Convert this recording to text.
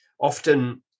often